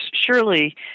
surely